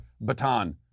baton